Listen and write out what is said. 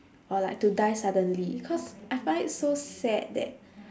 or like to die suddenly cause I find it so sad that